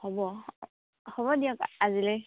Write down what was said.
হ'ব হ'ব দিয়ক আজিলৈ